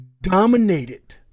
dominated